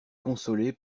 consoler